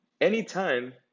Anytime